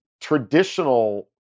traditional